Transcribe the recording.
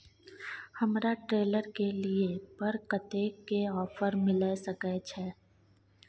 हमरा ट्रेलर के लिए पर कतेक के ऑफर मिलय सके छै?